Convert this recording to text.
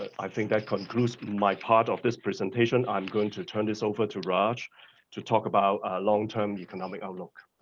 i think that concludes my part of this presentation. i'm going to turn this over to rog to talk about long-term economic outlook.